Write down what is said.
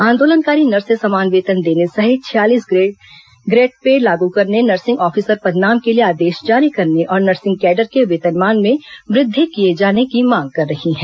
आंदोलनकारी नर्से समान वेतन देने सहित छियालीस ग्रेड पे लागू करने नर्सिंग ऑफिसर पदनाम के लिए आदेश जारी करने और नर्सिंग कैडर के वेतनमान में वृद्धि किए जाने की मांग कर रही हैं